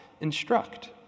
instruct